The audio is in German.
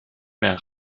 mehr